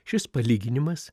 šis palyginimas